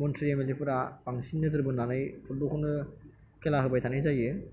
मन्थ्रि एमएलएफोरा बांसिन नोजोर बोनानै फुटबलखौनो खेला होबाय थानाय जायो